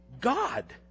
God